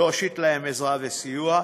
להושיט להם עזרה וסיוע,